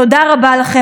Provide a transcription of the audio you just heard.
תודה רבה לכם.